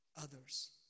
others